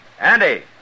Andy